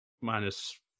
minus